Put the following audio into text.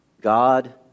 God